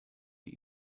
die